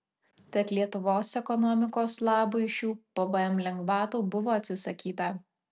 tad lietuvos ekonomikos labui šių pvm lengvatų buvo atsisakyta